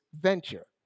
venture